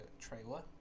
trailer